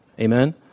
Amen